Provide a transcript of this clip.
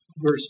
Verse